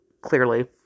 clearly